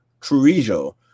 Trujillo